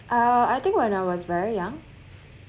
uh I think when I was very young